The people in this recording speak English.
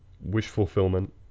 wish-fulfillment